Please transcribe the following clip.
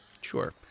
Sure